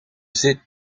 zit